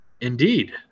Indeed